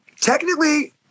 technically